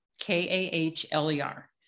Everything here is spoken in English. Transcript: K-A-H-L-E-R